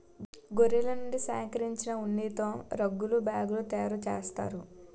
గొర్రెల నుండి సేకరించిన ఉన్నితో రగ్గులు బ్యాగులు తయారు చేస్తారు